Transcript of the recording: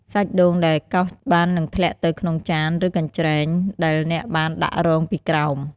សាច់ដូងដែលកោសបាននឹងធ្លាក់ទៅក្នុងចាន ឬកញ្ច្រែងដែលអ្នកបានដាក់រងពីក្រោម។